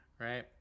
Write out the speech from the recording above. right